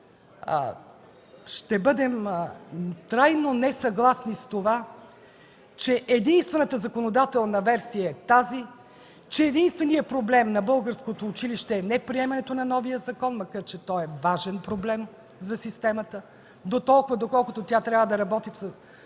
Ще бъдем трайно несъгласни с това, че единствената законодателна версия е тази, че единственият проблем на българското училище е неприемането на новия закон, макар че той е важен проблем за системата, дотолкова доколкото тя трябва да работи при